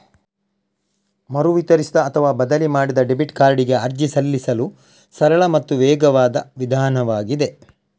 ಮರು ವಿತರಿಸಿದ ಅಥವಾ ಬದಲಿ ಮಾಡಿದ ಡೆಬಿಟ್ ಕಾರ್ಡಿಗೆ ಅರ್ಜಿ ಸಲ್ಲಿಸಲು ಸರಳ ಮತ್ತು ವೇಗವಾದ ವಿಧಾನವಾಗಿದೆ